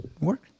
work